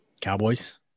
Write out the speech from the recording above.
Cowboys